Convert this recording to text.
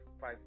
bye